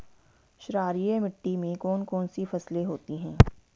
क्षारीय मिट्टी में कौन कौन सी फसलें होती हैं?